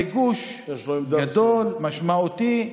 זה גוש גדול, משמעותי,